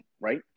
right